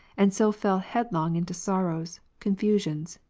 and so fell head long into sorrows, confusions,